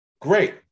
Great